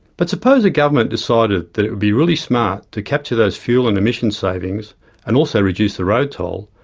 but suppose a government decided decided that it would be really smart to capture those fuel and emission savings and also reduce the road toll,